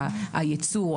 הייצוא,